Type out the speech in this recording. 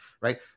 right